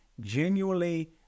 genuinely